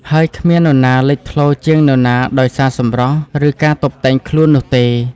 ហើយគ្មាននរណាលេចធ្លោជាងនរណាដោយសារសម្រស់ ឬការតុបតែងខ្លួននោះទេ។